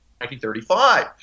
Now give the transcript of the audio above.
1935